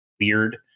weird